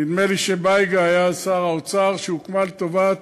נראה לי שבייגה היה אז שר האוצר, שהוקמה לטובת